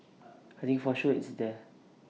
I think for sure it's there